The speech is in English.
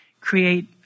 create